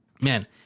man